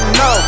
no